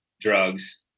drugs